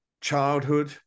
childhood